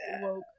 woke